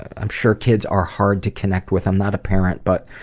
i'm sure kids are hard to connect with. i'm not a parent but,